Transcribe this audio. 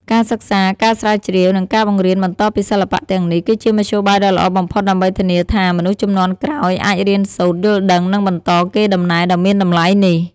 ការសិក្សា ការស្រាវជ្រាវ និងការបង្រៀនបន្តពីសិល្បៈទាំងនេះ គឺជាមធ្យោបាយដ៏ល្អបំផុតដើម្បីធានាថា មនុស្សជំនាន់ក្រោយអាចរៀនសូត្រ យល់ដឹង និងបន្តកេរដំណែលដ៏មានតម្លៃនេះ។